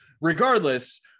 regardless